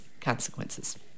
consequences